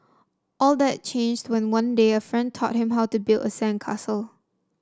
all that changed when one day a friend taught him how to build a sandcastle